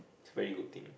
it's very good thing